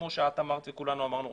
כמו שאת וכולנו אמרנו,